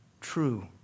true